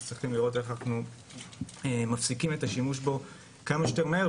צריכים לראות איך אנחנו מפסיקים את השימוש בו כמה שיותר מהר,